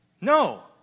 No